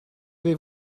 vais